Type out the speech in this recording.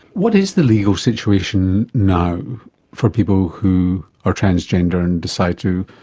what is the legal situation now for people who are transgender and decide to,